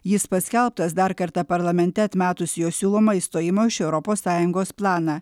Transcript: jis paskelbtas dar kartą parlamente atmetus jo siūlomą išstojimo iš europos sąjungos planą